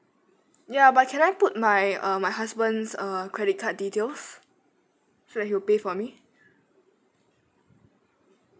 ya but can I put my uh my husband's uh credit card details so that he will pay for me